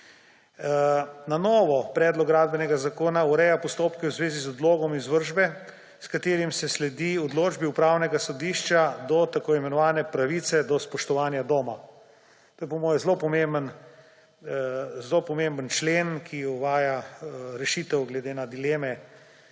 Na novo Predlog gradbenega zakona ureja postopke v zvezi z odlogom izvršbe, s katerim se sledi odločbi Upravnega sodišča do tako imenovane pravice do spoštovanja doma. To je po mojem zelo pomemben člen, ki uvaja rešitev glede na dileme,